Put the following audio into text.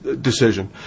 decision